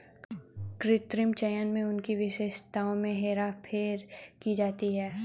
कृत्रिम चयन में उनकी विशेषताओं में हेरफेर की जाती है